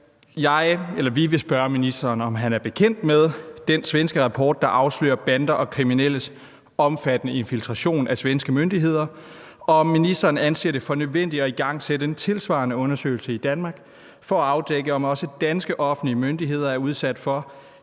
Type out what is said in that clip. Vi vil spørge ministeren, om han er bekendt med den svenske rapport, der afslører banders og kriminelles omfattende infiltration af svenske myndigheder, og om ministeren anser det for nødvendigt at igangsætte en tilsvarende undersøgelse i Danmark for at afdække, om også danske offentlige myndigheder er udsat for